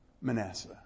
Manasseh